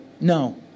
no